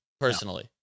personally